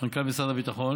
מנכ"ל משרד הביטחון,